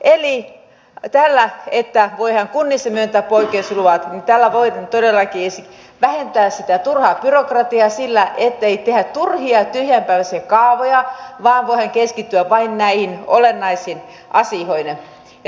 eli tässä että voidaan kunnissa myöntää poikkeusluvat voidaan todellakin vähentää sitä turhaa byrokratiaa sillä ettei tehdä turhia tyhjänpäiväisiä kaavoja vaan voidaan keskittyä vain näihin olennaisiin asioihin